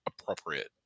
appropriate